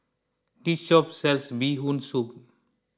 this shop sells Bee Hoon Soup